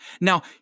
Now